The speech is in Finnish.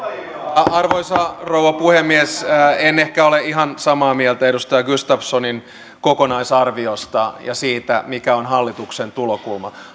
arvoisa rouva puhemies en ehkä ole ihan samaa mieltä edustaja gustafssonin kokonaisarviosta ja siitä mikä on hallituksen tulokulma